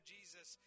Jesus